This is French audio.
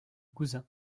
cousin